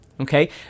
Okay